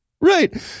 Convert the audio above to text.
Right